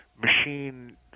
machine